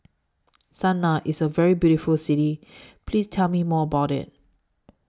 Sanaa IS A very beautiful City Please Tell Me More about IT